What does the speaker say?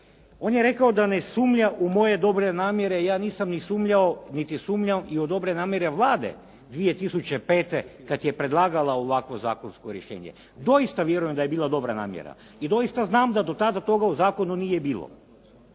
On je rekao da ne sumnja u moje dobre namjere i ja nisam sumnjao niti sumnjam i u dobre namjere Vlade 2005. kada je predlagala ovakvo zakonsko rješenje. Doista vjerujem da je bila dobra namjera i doista znam da do tada toga u zakonu nije bilo.